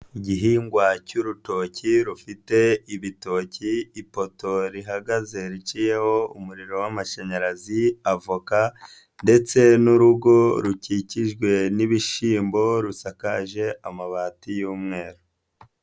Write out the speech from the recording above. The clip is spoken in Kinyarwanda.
Igihingwa cy'urutoki rufite ibitoki, ipoto rihagaze riciyeho umuriro w'amashanyarazi, avoka, ndetse n'urugo rukikijwe n'ibishyimbo rusakaje amabati y'umweru.